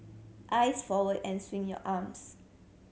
eyes forward and swing your arms